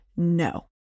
No